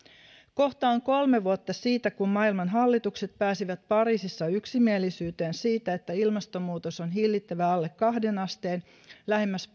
kohta on kolme vuotta siitä kun maailman hallitukset pääsivät pariisissa yksimielisyyteen siitä että ilmastonmuutos on hillittävä alle kahteen asteen lähemmäs